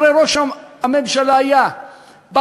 הרי ראש הממשלה היה בקונגרס,